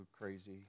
crazy